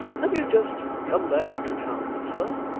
have you just come back to town, sir